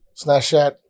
Snapchat